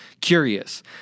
curious